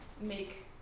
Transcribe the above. make